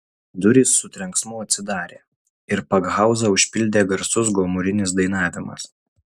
durys su trenksmu atsidarė ir pakhauzą užpildė garsus gomurinis dainavimas